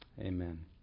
Amen